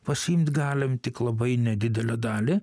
pasiimt galim tik labai nedidelę dalį